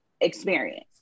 experience